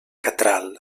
catral